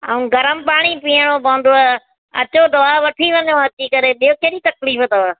ऐं गरम पाणी पीअणो पवंदव अचो दवा वठी वञो अची करे ॿियों कहिड़ी तकलीफ़ अथव